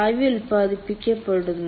ആവി ഉത്പാദിപ്പിക്കപ്പെടുന്നു